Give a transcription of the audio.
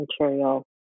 material